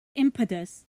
impetus